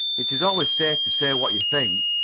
it is always safe to say what you think,